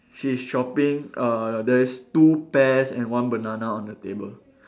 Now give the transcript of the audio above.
she is shopping uh there is two pears and one banana on the table